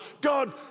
God